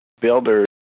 builders